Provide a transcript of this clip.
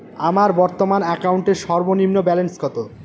আমার বর্তমান অ্যাকাউন্টের সর্বনিম্ন ব্যালেন্স কত?